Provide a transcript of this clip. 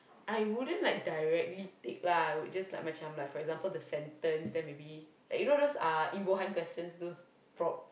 I wouldn't like directly take lah I would just like macam like for example the sentence then maybe like you know those uh imbuhan questions those prop~